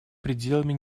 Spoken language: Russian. пределами